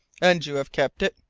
and you have kept it?